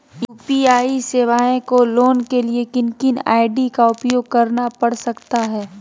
UPI सेवाएं को लाने के लिए किन किन आई.डी का उपयोग करना पड़ सकता है?